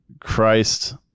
Christ